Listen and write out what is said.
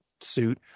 suit